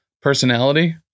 personality